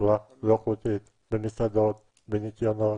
בצורה לא חוקית במסעדות, בניקיונות.